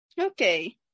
Okay